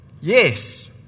Yes